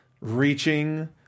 reaching